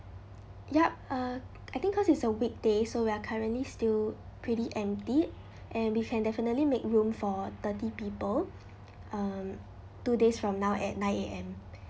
yup uh I think cause it's a weekday so we are currently still pretty empty and we can definitely make room for thirty people um two days from now at nine A_M